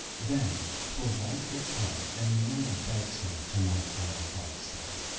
then, torvald gets home and nora begs him to not fire krogstad.